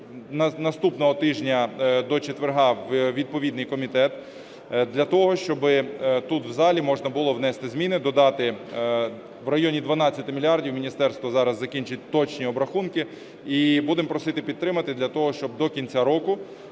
наступного тижня до четверга у відповідний комітет для того, щоб тут в залі можна було внести зміни, додати в районі 12 мільярдів, міністерство зараз закінчить точні обрахунки і будемо просити підтримати для того, щоб до кінця року